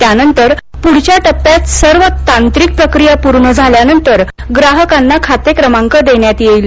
त्यानंतर पुढच्या टप्प्यात तर्व तांत्रिक प्रक्रिया पूर्ण झाल्यावर ग्राहकांना खातेक्रमांक देण्यात येईल